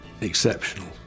exceptional